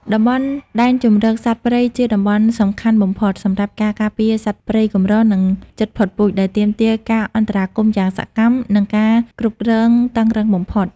តំបន់ដែនជម្រកសត្វព្រៃជាតំបន់សំខាន់បំផុតសម្រាប់ការការពារសត្វព្រៃកម្រ និងជិតផុតពូជ ដែលទាមទារការអន្តរាគមន៍យ៉ាងសកម្ម និងការគ្រប់គ្រងតឹងរ៉ឹងបំផុត។